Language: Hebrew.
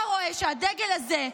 אתה רואה שהדגל הזה,